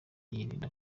yirinda